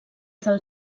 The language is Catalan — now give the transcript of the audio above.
del